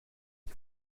ich